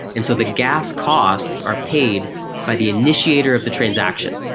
and so the gas costs are paid by the initiator of the transaction.